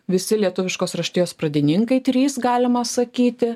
visi lietuviškos raštijos pradininkai trys galima sakyti